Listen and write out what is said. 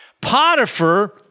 Potiphar